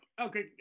Okay